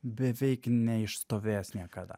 beveik neišstovės niekada